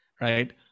Right